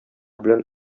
белән